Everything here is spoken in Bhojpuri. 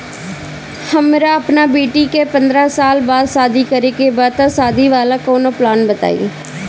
हमरा अपना बेटी के पंद्रह साल बाद शादी करे के बा त शादी वाला कऊनो प्लान बताई?